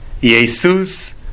Jesus